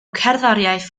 cerddoriaeth